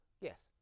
Yes